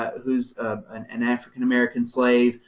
who's an an african-american slave,